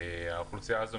האוכלוסייה הזו,